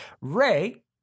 Ray